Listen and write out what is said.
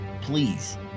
Please